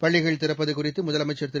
பள்ளிகள் திறப்பது குறித்து முதலமைச்சர் திரு